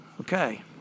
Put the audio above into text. Okay